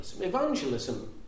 Evangelism